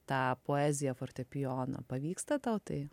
tą poeziją fortepijoną pavyksta tau tai